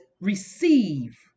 receive